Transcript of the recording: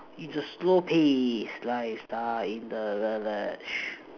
it's a slow pace lifestyle in the village